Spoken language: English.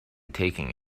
taking